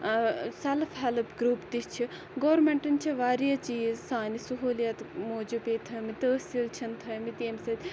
self help group تہِ چھِ گورمنٹَن چھِ واریاہ چیٖز سانہِ سُہولیَت موٗجُب ییٚتہِ تھٲیمِتۍ تحصیٖل چھِن تھٲیمٕتۍ ییٚمہِ سۭتۍ